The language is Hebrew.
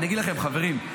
אני אגיד לכם, חברים.